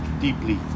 deeply